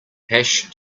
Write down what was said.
hash